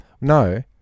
No